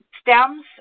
stems